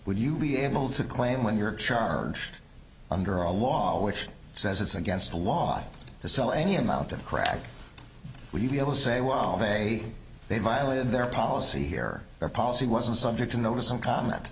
would you be able to claim when you're charged under a law which says it's against the law to sell any amount of crack would you be able to say well they they violated their policy here their policy wasn't subject to notice and comment